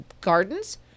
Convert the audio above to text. gardens